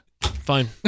Fine